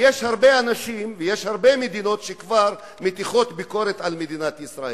ויש הרבה אנשים ויש הרבה מדינות שכבר מטיחות ביקורת במדינת ישראל.